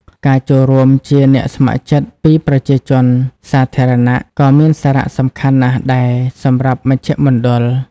ការចូលរួមជាអ្នកស្ម័គ្រចិត្តពីប្រជាជនសាធារណៈក៏មានសារៈសំខាន់ណាស់ដែរ សម្រាប់មជ្ឈមណ្ឌល។